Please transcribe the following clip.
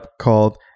called